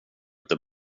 inte